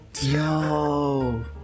Yo